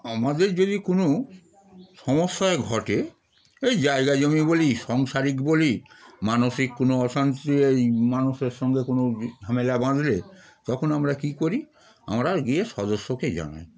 আমাদের যদি কোনো সমস্যা ঘটে এই জায়গা জমি বলি সাংসারিক বলি মানসিক কোনো অশান্তি এই মানুষের সঙ্গে কোনো ঝামেলা বাঁধলে তখন আমরা কী করি আমরা গিয়ে সদস্যকে জানাই